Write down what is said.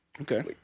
Okay